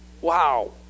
Wow